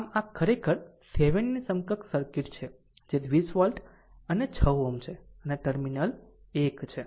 આમ આ ખરેખર થેવેનિન સમકક્ષ સર્કિટ છે જે 20 વોલ્ટ અને 6 Ω છે અને આ ટર્મિનલ 1 છે